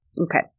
Okay